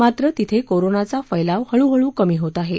मात्र तिथळीरोनाचा फैलाव हळूहळू कमी होत आहा